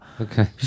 Okay